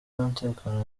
y’umutekano